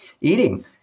eating